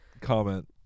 Comment